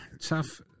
tough